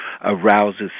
arouses